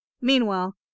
Meanwhile